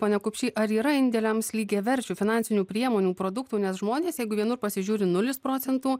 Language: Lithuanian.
pone kupšy ar yra indėliams lygiaverčių finansinių priemonių produktų nes žmonės jeigu vienur pasižiūri nulis procentų